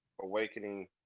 awakening